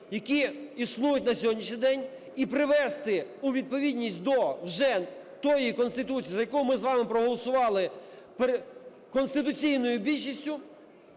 які існують на сьогоднішній день, і привести у відповідність до вже тої Конституції, за яку ми з вами проголосували, перед конституційною більшістю